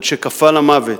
עד שקפא למוות,